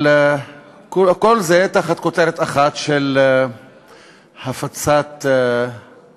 אבל כל זה תחת כותרת אחת של הפצת פחד